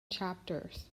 chapters